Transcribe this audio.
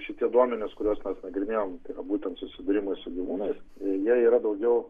šitie duomenys kuriuos mes nagrinėjom tai yra būtent susidūrimai su gyvūnais jie yra daugiau